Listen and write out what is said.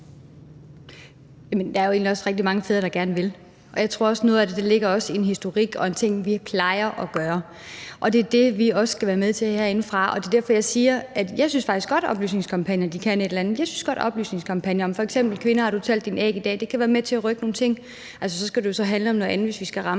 Der er jo egentlig også rigtig mange fædre, der gerne vil have barselsorlov. Jeg tror også, at noget af det ligger i en historik og i, hvad vi plejer at gøre, og det er det, vi også skal være med til herindefra. Det er derfor, jeg siger, at oplysningskampagner faktisk godt kan et eller andet. Jeg synes godt, at oplysningskampagner som f.eks. »Kvinde har du talt dine æg i dag?« kan være med til at rykke nogle ting. Det skal jo så handle om noget andet, hvis vi skal ramme